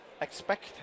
expect